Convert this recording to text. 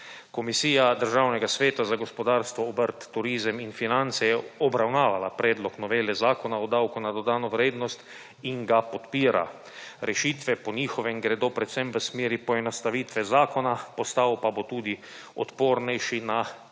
Komisija Državnega sveta za gospodarstvo, obrt, turizem in finance je obravnavala predlog novele Zakona o davku na dodano vrednost in ga podpira. Rešitve po njihovem gredo predvsem v smeri poenostavitve zakona, postal pa bo tudi odpornejši na